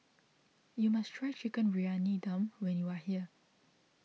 you must try Chicken Briyani Dum when you are here